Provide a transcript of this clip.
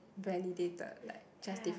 validated like justified